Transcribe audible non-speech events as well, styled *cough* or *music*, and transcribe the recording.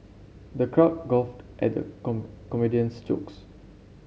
the crowd guffawed at the *unintelligible* comedian's jokes